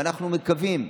ואנחנו מקווים,